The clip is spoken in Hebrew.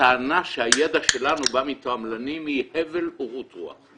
הטענה שהידע שלנו בא מתועמלנים היא הבל ורעות רוח.